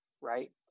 right